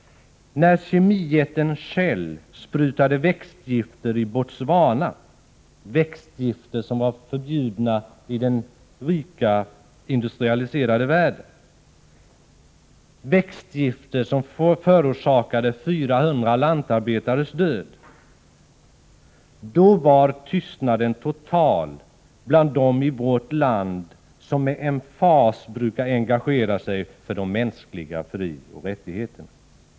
När kemijätten Shell sprutade växtgifter, som var förbjudna i den rika, industrialiserade världen, i Botswana och förorsakade 400 lantarbetares död, var tystnaden total bland dem i vårt land som med emfas brukar engagera sig för de mänskliga frioch rättigheterna.